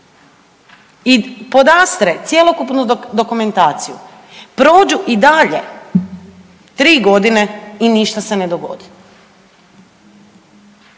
i podastre cjelokupnu dokumentaciju prođu i dalje tri godine i ništa se ne dogodi.